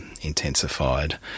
intensified